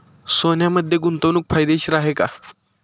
सोन्यामध्ये गुंतवणूक फायदेशीर आहे का?